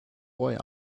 boy